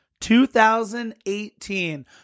2018